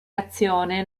azione